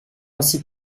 actif